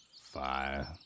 Fire